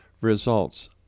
results